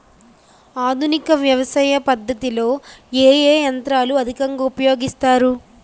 ఆధునిక వ్యవసయ పద్ధతిలో ఏ ఏ యంత్రాలు అధికంగా ఉపయోగిస్తారు?